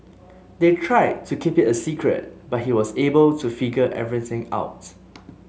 they tried to keep it a secret but he was able to figure everything out